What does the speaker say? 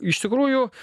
iš tikrųjų